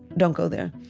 don't go there.